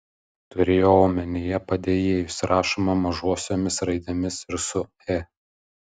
turėjau omenyje padėjėjus rašoma mažosiomis raidėmis ir su e